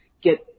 get